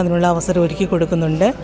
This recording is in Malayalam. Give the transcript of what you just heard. അതിനുള്ള അവസരം ഒരുക്കി കൊടുക്കുന്നുണ്ട്